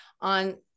on